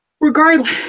Regardless